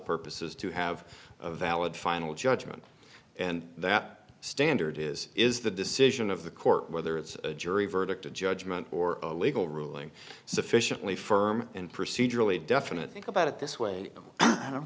purpose is to have a valid final judgment and that standard is is the decision of the court whether it's a jury verdict a judgment or a legal ruling sufficiently firm and procedurally definite think about it this way i don't